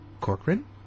Corcoran